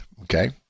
okay